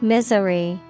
Misery